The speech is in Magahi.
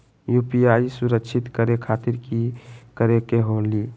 यू.पी.आई सुरक्षित करे खातिर कि करे के होलि?